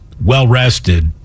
well-rested